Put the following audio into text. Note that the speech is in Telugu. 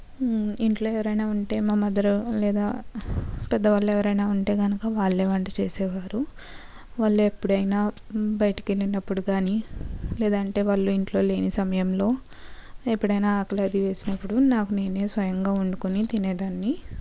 ఇంట్లో ఎవరైనా ఉంటే మా మదరు లేదా పెద్ద వాళ్ళు ఎవరైనా ఉంటే కనుక వాళ్ళే వంట చేసేవారు వాళ్ళు ఎప్పుడైనా బయటికి వెళ్ళినప్పుడు కానీ లేదంటే వాళ్ళు ఇంట్లో లేని సమయంలో ఎప్పుడైనా ఆకలది వేసినప్పుడు నాకు నేనే స్వయంగా వండుకొని తినేదాన్ని